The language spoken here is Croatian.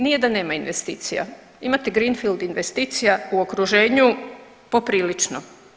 Nije da nema investicija imate Greenfield investicija u okruženju poprilično.